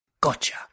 Gotcha